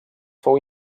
fou